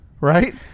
Right